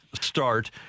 start